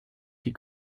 die